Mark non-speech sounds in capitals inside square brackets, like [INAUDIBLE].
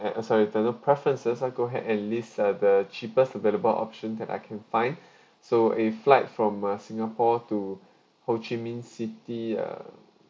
eh uh sorry there are no preferences I go ahead and list uh the cheapest available option that I can find [BREATH] so if flight from uh singapore to ho chi minh city uh